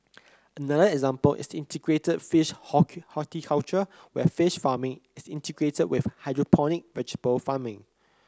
another example is integrated fish horticulture where fish farming is integrated with hydroponic vegetable farming